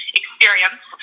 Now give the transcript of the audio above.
experience